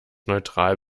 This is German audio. neutral